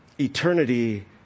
Eternity